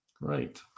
Right